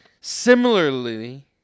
Similarly